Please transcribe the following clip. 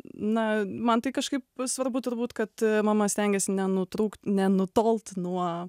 na man tai kažkaip svarbu turbūt kad mama stengiasi nenutrūkt nenutolt nuo